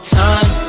time